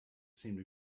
seemed